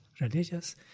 religious